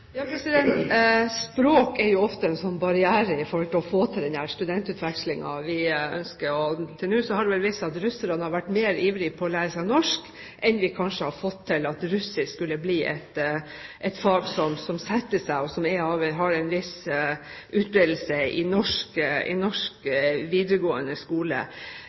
Språk er ofte en barriere for å få til den studentutvekslingen vi ønsker, og til nå har det vel vist seg at russerne har vært mer ivrige etter å lære seg norsk enn det vi kanskje har vært for at russisk skulle bli et fag som setter seg og har en viss utbredelse i norsk videregående skole. I